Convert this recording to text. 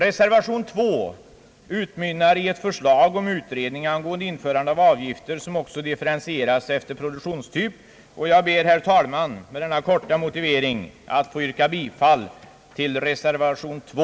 Reservation 2 utmynnar i ett förslag om utredning angående införande av avgifter som också differentieras efter produktionstyp, och jag ber, herr talman, att med denna korta motivering få yrka bifall till reservation 2.